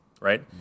right